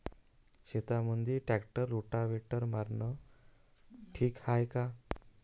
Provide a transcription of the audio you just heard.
शेतामंदी tractor rotavator मारनं ठीक हाये का?